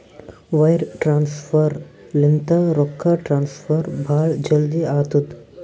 wire transfer ಲಿಂತ ರೊಕ್ಕಾ transfer ಭಾಳ್ ಜಲ್ದಿ ಆತ್ತುದ